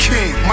King